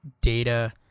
Data